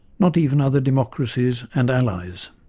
not even other democracies and allies.